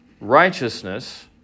righteousness